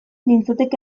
nintzateke